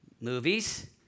Movies